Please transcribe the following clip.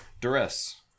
Duress